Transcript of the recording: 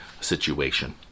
situation